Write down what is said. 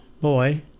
boy